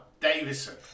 Davison